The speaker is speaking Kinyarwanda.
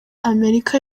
amerika